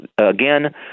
again